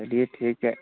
चलिए ठीक है